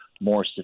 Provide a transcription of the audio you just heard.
more